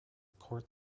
court